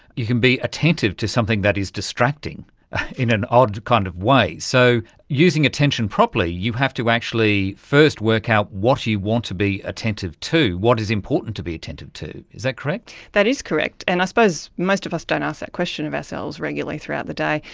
you can be attentive to something that is distracting in an odd kind of way. so using attention properly you have to actually first work out what you want to be attentive to, what is important to be attentive to. is that correct? that is correct, and i suppose most of us don't ask that question of ourselves regularly throughout the day.